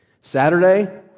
Saturday